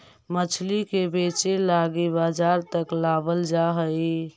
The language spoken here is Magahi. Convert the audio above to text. मछली के बेचे लागी बजार तक लाबल जा हई